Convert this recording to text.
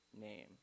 name